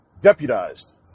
deputized